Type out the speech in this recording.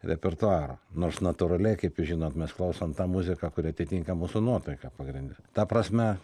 repertuaro nors natūraliai kaip jūs žinot mes klausom tą muziką kuri atitinka mūsų nuotaiką pagrinde ta prasme